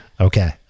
Okay